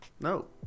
No